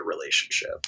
relationship